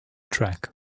track